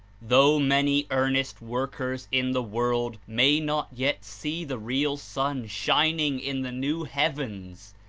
though many earnest workers in the world may not yet see the real sun shining in the new heavens,